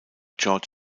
george